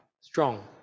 strong